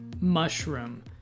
mushroom